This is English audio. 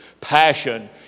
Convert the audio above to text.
passion